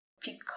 Pick